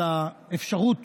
על האפשרות